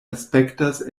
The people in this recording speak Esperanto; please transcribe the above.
aspektas